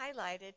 highlighted